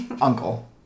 Uncle